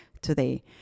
today